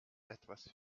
etwas